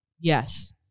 Yes